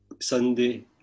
Sunday